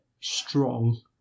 strong